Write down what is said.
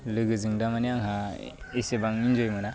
लोगोजों दामाने आंहा एसेबां इन्जय मोना